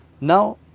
Now